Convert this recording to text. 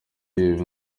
iyo